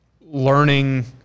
learning